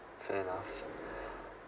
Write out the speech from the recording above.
fair enough